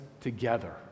together